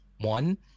One